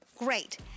Great